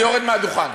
אני יורד מהדוכן.